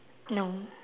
no